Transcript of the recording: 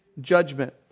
judgment